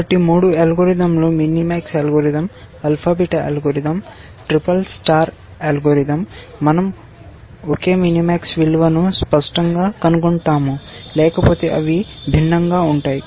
కాబట్టి మూడు అల్గోరిథంలు minimax algorithm alpha beta algorithm SSS SSS star algorithm మన০ ఒకే మినీమాక్స్ విలువను స్పష్టంగా కనుగొంటాము లేకపోతే అవి భిన్నంగా ఉంటాయి